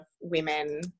women